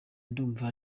ndumva